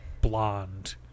Blonde